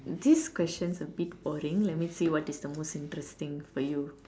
this question's a bit boring let me see what is the most interesting for you